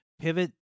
pivot